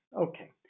Okay